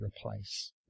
replace